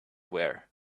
wear